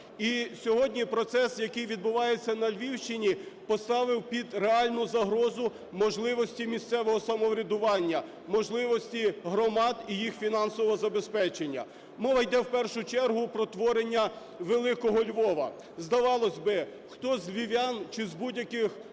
сьогодні процес, який відбувається на Львівщині, поставив під реальну загрозу можливості місцевого самоврядування, можливості громад і їх фінансового забезпечення. Мова йде в першу чергу про творення великого Львова. Здавалось би, хто з львів'ян чи з будь-яких українців